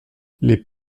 les